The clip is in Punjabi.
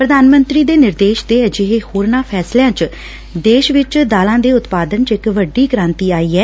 ਪ੍ਰਧਾਨ ਮੰਤਰੀ ਦੇ ਨਿਰਦੇਸ਼ ਤੇ ਅਜਿਹੇ ਹੋਰਨਾਂ ਫੈਸਲਿਆਂ ਚ ਦੇਸ਼ ਵਿਚ ਦਾਲਾਂ ਦੇ ਉਤਪਾਦਨ ਚ ਇਕ ਵੱਡੀ ਕ੍ਰਾਂਤੀ ਆਈ ਐ